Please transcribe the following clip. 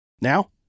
Now